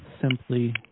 Simply